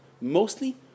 mostly